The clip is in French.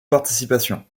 participations